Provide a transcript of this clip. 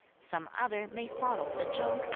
some other may follow the chau,